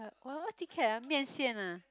uh what what's the ah 面线 ah